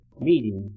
meeting